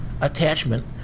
attachment